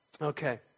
Okay